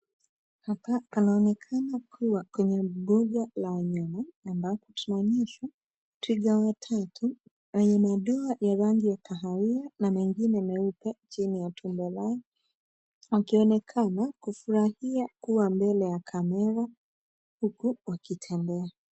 Hapa panaonekana kuwa kwenye mbuga la wanyama ambapo tunaonyeshwa twiga watatu wenye madoa ya rangi ya kahawia na mengi meupe chini ya tumbo lao wakionekana kufurahia kuwa mbele ya kamera huku wakitembea.